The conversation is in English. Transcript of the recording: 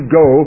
go